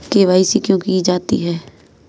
KYC क्यों की जाती है?